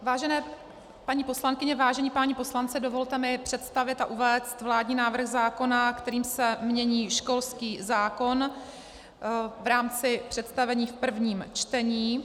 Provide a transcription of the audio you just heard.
Vážené paní poslankyně, vážení páni poslanci, dovolte mi představit a uvést vládní návrh zákona, kterým se mění školský zákon v rámci představení v prvním čtení.